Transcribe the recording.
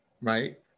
right